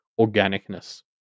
organicness